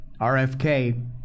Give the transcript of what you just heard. RFK